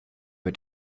mit